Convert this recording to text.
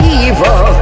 evil